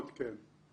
מאוד, כן.